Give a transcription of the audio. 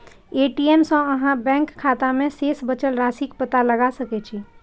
ATM सं अहां bank खाता मे शेष बचल राशिक पता लगा सकै छी